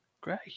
Great